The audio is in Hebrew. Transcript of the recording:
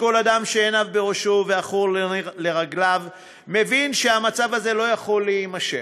כל אדם שעיניו בראשו והחוק נר לרגליו מבין שהמצב הזה לא יכול להימשך.